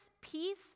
peace